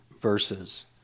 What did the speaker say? verses